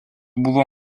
buvo